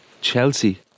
Chelsea